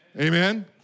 Amen